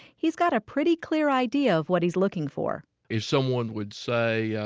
he's got a pretty clear idea of what he's looking for if someone would say, yeah